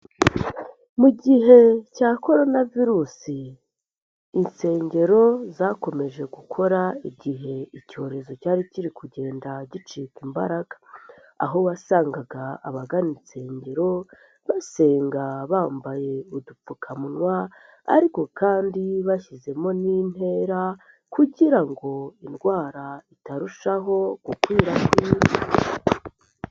Mu gihe cya corona virusi insengero zakomeje gukora igihe icyorezo cyari kiri kugenda gicika imbaraga, aho wasangaga abagana insengero basenga bambaye udupfukamunwa, ariko kandi bashyizemo n'intera kugira ngo indwara itarushaho gukwira kwira.